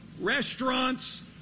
restaurants